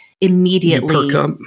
immediately